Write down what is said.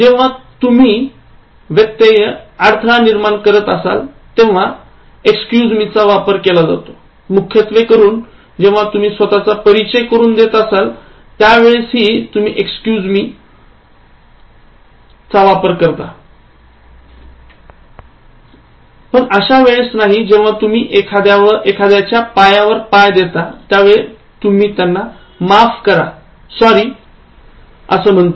जेव्हा तुम्ही व्यतय अडथळा निर्माण करत असाल तेव्हा excuse me चा वापर करा मुखत्यावे करून जेव्हा तुम्ही स्वतःचा परिचय करून देत असाल किंवा माहिती विचारत असाल पण अश्या वेळेस नाही जेव्हा तुम्ही एखाद्याच्या पायावर पाय देता त्यावेळी तुम्ही त्यांना माफ करा sorry असं म्हणा